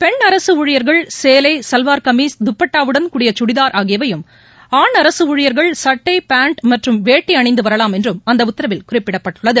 பெண் அரசு ஊழியர்கள் சேலை சல்வார் கம்மீஸ் துப்பட்டாவுடன் கூடிய சுடிதார் ஆகியவையும் ஆண் அரசு ஊழியர்கள் சட்டை பேண்ட் மற்றம் வேட்டி அணிந்து வரலாம் என்றும் அந்த உத்தரவில் குறிப்பிடப்பட்டுள்ளது